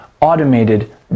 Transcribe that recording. automated